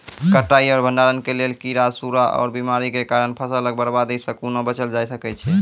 कटाई आर भंडारण के लेल कीड़ा, सूड़ा आर बीमारियों के कारण फसलक बर्बादी सॅ कूना बचेल जाय सकै ये?